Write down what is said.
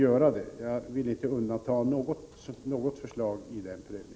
Jag vill inte undanta något förslag i denna prövning.